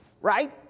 Right